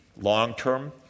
long-term